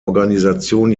organisation